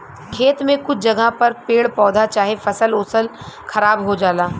खेत में कुछ जगह पर पेड़ पौधा चाहे फसल ओसल खराब हो जाला